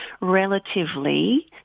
relatively